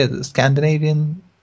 Scandinavian